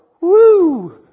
woo